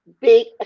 big